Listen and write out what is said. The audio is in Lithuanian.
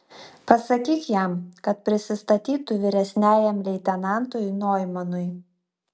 pasakyk jam kad prisistatytų vyresniajam leitenantui noimanui